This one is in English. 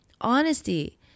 Honesty